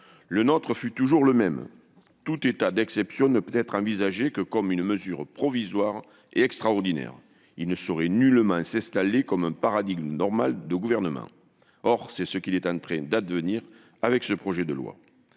Le nôtre a toujours été le même : tout état d'exception ne peut être envisagé que comme une mesure provisoire et extraordinaire. Il ne saurait nullement s'installer comme un paradigme normal de gouvernement. Or c'est ce qui est en train d'advenir avec ce projet de loi.